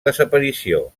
desaparició